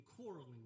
quarreling